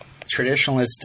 traditionalist